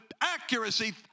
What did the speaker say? accuracy